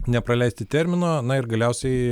nepraleisti termino na ir galiausiai